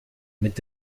mit